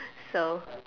so